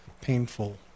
painful